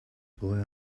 boy